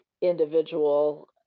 individual